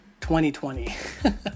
2020